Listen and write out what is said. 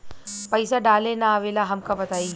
पईसा डाले ना आवेला हमका बताई?